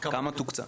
כמה תוקצב?